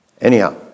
Anyhow